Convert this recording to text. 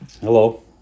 Hello